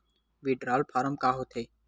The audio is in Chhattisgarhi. विड्राल फारम का होथेय